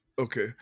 Okay